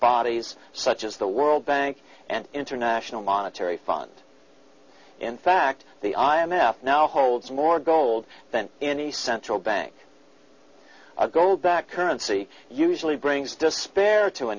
bodies such as the world bank and international monetary fund in fact the i m f now holds more gold than any central bank a gold backed currency usually brings despair to a